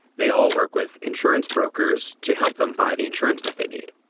they all work with insurance brokers to help them buy the insurance that they need.